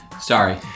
Sorry